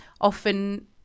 often